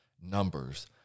numbers